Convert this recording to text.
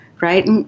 right